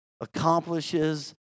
accomplishes